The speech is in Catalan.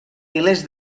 milers